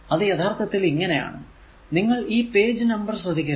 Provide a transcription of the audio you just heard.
അത് യഥാർത്ഥത്തിൽ ഇങ്ങനെ ആണ് നിങ്ങൾ ഈ പേജ് നമ്പർ ശ്രദ്ധിക്കരുത്